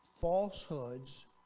falsehoods